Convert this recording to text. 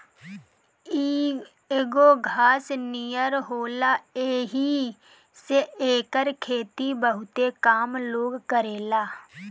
इ एगो घास नियर होला येही से एकर खेती बहुते कम लोग करेला